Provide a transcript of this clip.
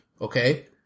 okay